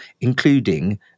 including